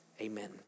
Amen